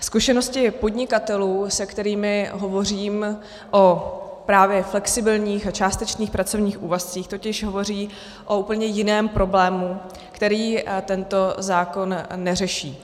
Zkušenosti podnikatelů, se kterými hovořím o právě flexibilních a částečných pracovních úvazcích, totiž hovoří o úplně jiném problému, který tento zákon neřeší.